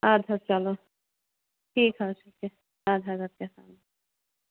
اَدٕ حظ چلو ٹھیٖک حظ چھُ کیٚنٛہہ اَدٕ حظ اَدٕ کیٛاہ السلام علیکُم